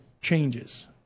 changes